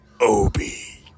Obi